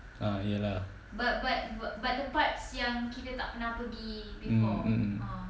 ah ya lah mm mm mm